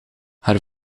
haar